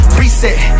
reset